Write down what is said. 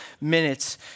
minutes